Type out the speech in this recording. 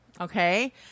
Okay